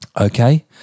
Okay